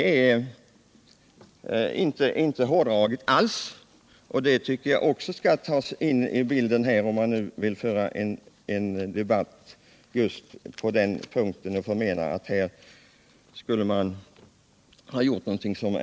Det tycker jag också man skall beakta i sammanhanget.